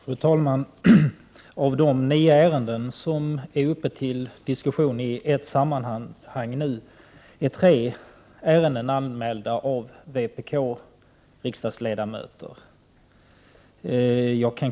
Fru talman! Av de nio ärenden som nu är föremål för diskussion i ett sammanhang är tre anmälda av vpk-riksdagsledamöter.